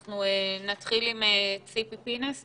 אנחנו נתחיל עם ציפי פינס,